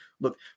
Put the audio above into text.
look